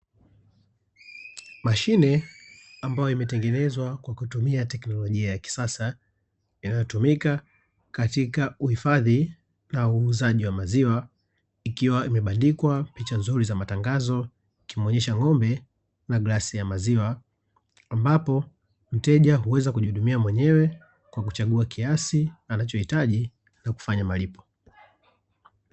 Mashine ambayo imetengenezwa kwa kutumia teknolojia ya kisasa, inayotumika katika uhifadhi na uuzaji wa maziwa, ikiwa imebandikwa picha nzuri za matangazo ikimuonyesha ng'ombe na glasi ya maziwa, ambapo mteja huweza kujihudumia mwenyewe, kwa kuchagua kiasi anachohitaji na kufanya malipo.